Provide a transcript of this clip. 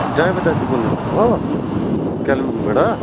driver दाजु बोल्नुभएको हो कालेम्पोङबाट